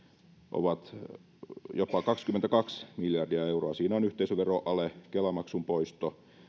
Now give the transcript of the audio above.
ovat jopa kaksikymmentäkaksi miljardia euroa siinä on yhteisöveroale kela maksun poisto